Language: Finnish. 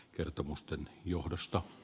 kertomusten johdosta